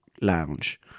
lounge